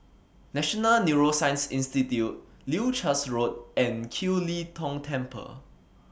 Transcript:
National Neuroscience Institute Leuchars Road and Kiew Lee Tong Temple